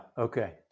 Okay